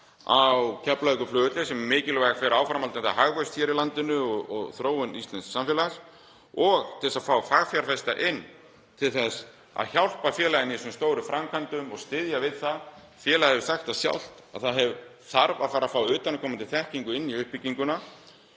á Keflavíkurflugvelli, sem er mikilvæg fyrir áframhaldandi hagvöxt í landinu og þróun íslensks samfélags, og til að fá fagfjárfesta inn til þess að hjálpa félaginu í þessum stóru framkvæmdum og styðja við það. Félagið hefur sagt það sjálft að það þarf að fara að fá utanaðkomandi þekkingu inn í uppbygginguna.